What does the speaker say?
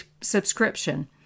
subscription